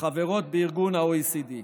החברות ב-OECD.